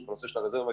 צריך להבין